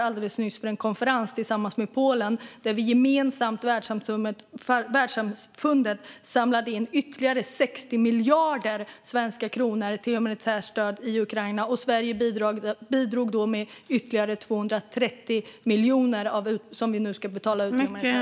Alldeles nyss var vi också tillsammans med Polen värdar för en konferens där världssamfundet gemensamt samlade in ytterligare 60 miljarder svenska kronor till humanitärt stöd i Ukraina. Sverige bidrog då med ytterligare 230 miljoner, som vi nu ska betala ut i humanitärt stöd.